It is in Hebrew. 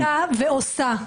עשתה ועושה.